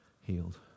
healed